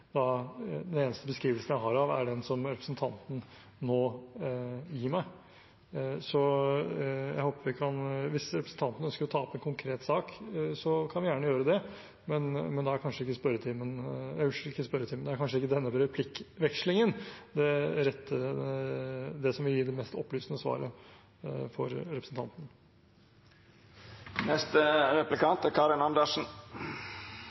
den typen enkeltsaker, der den eneste beskrivelsen jeg har, er den som representanten nå gir meg. Hvis representanten ønsker å ta opp en konkret sak, kan hun gjerne gjøre det, men da er kanskje ikke denne replikkvekslingen det som vil gi det